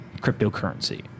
cryptocurrency